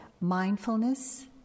mindfulness